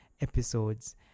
episodes